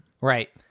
Right